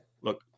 Look